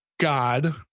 God